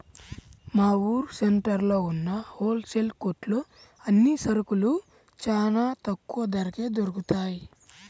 మా ఊరు సెంటర్లో ఉన్న హోల్ సేల్ కొట్లో అన్ని సరుకులూ చానా తక్కువ ధరకే దొరుకుతయ్